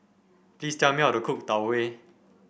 please tell me how to cook Tau Huay